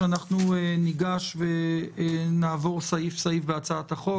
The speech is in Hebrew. שניגש ונעבור סעיף-סעיף בהצעת החוק.